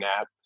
app